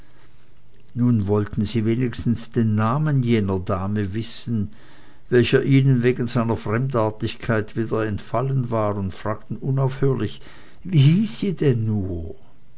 nun wollten sie wenigstens den namen jener dame wissen welcher ihnen wegen seiner fremdartigkeit wieder entfallen war und fragten unaufhörlich wie hieß sie denn nur